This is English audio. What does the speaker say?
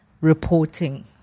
reporting